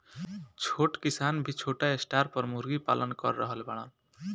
छोट किसान भी छोटा स्टार पर मुर्गी पालन कर रहल बाड़न